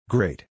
Great